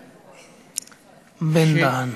בן-דהן.